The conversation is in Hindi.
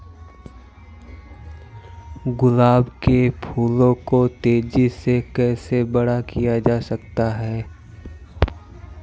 गुलाब के फूलों को तेजी से कैसे बड़ा किया जा सकता है?